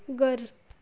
घरु